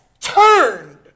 turned